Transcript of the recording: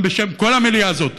גם בשם כל המליאה הזאת,